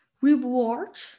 Reward